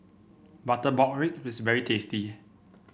Butter Pork Ribs is very tasty